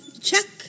check